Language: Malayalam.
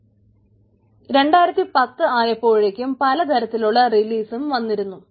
2010 ആയപ്പോഴേക്കും പലതരത്തിലുള്ള റിലീസും വന്നിരുന്നു